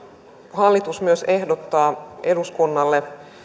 hallitus myös ehdottaa eduskunnalle